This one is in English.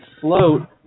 float